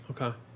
Okay